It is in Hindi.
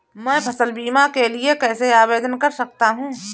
मैं फसल बीमा के लिए कैसे आवेदन कर सकता हूँ?